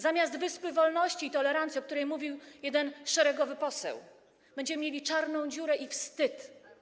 Zamiast wyspy wolności i tolerancji, o której mówił jeden szeregowy poseł, będziemy mieli przez was czarną dziurę i wstyd.